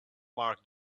mark